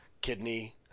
Kidney